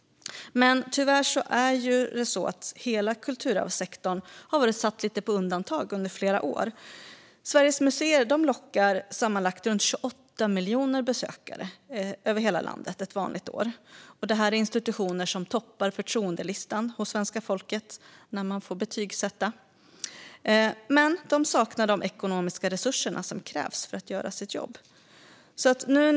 Tyvärr är det så att hela kulturarvssektorn har varit lite satt på undantag under flera år. Sveriges museer lockar sammanlagt runt 28 miljoner besökare över hela landet ett vanligt år, och museerna är institutioner som toppar förtroendelistan när svenska folket får betygsätta. Men de saknar de ekonomiska resurser som krävs för att de ska kunna göra sitt jobb.